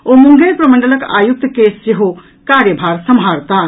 ओ मुंगेर प्रमंडलक आयुक्त के सेहो कार्यभार सम्हारताह